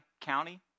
County